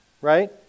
right